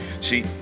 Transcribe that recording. See